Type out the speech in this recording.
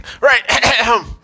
right